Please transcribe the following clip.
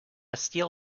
steel